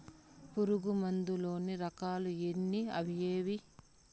పులుగు మందు లోని రకాల ఎన్ని అవి ఏవి?